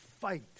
fight